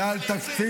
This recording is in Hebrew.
זה כסף על עצים.